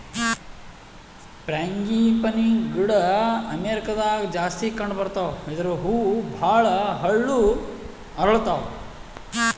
frangipani ಗಿಡ ಅಮೇರಿಕಾದಾಗ್ ಜಾಸ್ತಿ ಕಂಡಬರ್ತಾವ್ ಇದ್ರ್ ಹೂವ ಭಾಳ್ ಹಳ್ಳು ಅರಳತಾವ್